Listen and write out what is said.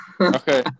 Okay